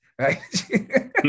right